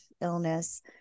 illness